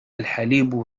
الحليب